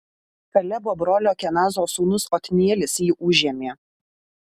kalebo brolio kenazo sūnus otnielis jį užėmė